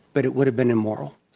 but it would have been immoral.